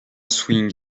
swing